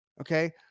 okay